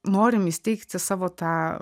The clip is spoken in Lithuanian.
norim įsteigti savo tą